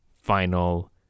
final